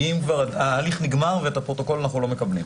ההליך נגמר ואת הפרוטוקול אנחנו לא מקבלים.